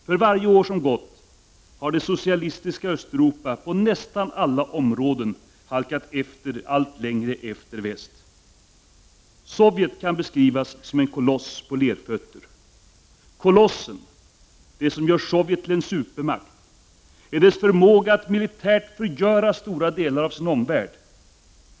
För varje år som gått har det socialistiska Östeuropa på nästan alla områden halkat allt längre efter väst. Sovjet kan beskrivas som en koloss på lerfötter. Kolossen, det som gör Sovjet till en supermakt, utgör dess förmåga att militärt förgöra stora delar av sin omvärld.